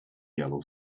yellow